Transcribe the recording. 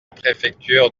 préfecture